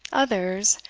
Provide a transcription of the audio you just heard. others,